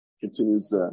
Continues